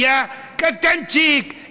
נהיה קטנצ'יק,